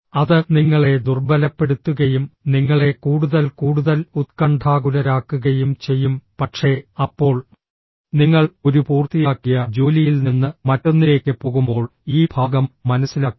അത് നിങ്ങളെ ദുർബലപ്പെടുത്തുകയും നിങ്ങളെ കൂടുതൽ കൂടുതൽ ഉത്കണ്ഠാകുലരാക്കുകയും ചെയ്യും പക്ഷേ അപ്പോൾ നിങ്ങൾ ഒരു പൂർത്തിയാക്കിയ ജോലിയിൽ നിന്ന് മറ്റൊന്നിലേക്ക് പോകുമ്പോൾ ഈ ഭാഗം മനസ്സിലാക്കുക